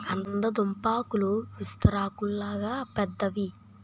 కంద దుంపాకులు విస్తరాకుల్లాగా పెద్దవి